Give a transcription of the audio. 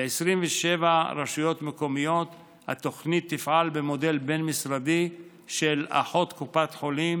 ב-27 רשויות מקומיות התוכנית תפעל במודל בין-משרדי של אחות קופת חולים